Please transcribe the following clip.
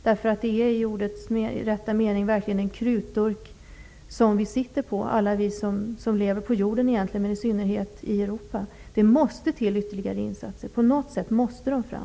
Det är nämligen en verklig krutdurk, i ordets rätta mening, som vi sitter på, alla vi som lever på jorden men i synnerhet vi i Europa. Det måste till ytterligare insatser -- på något sätt måste de tas fram.